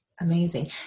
amazing